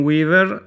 Weaver